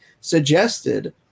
suggested